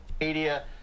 Media